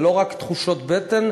זה לא רק תחושות בטן.